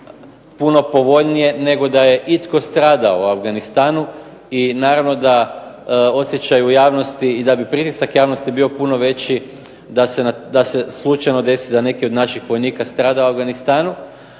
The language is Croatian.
puno povoljnije nego da je itko stradao u Afganistanu. I naravno da osjećaji u javnosti i da bi pritisak javnosti bio puno veći da se slučajno desi da neki od naših vojnika strada u Afganistanu.